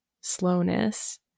slowness